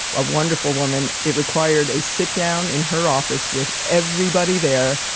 a wonderful woman. it required a sit down in her office with everybody there.